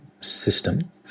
system